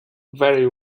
very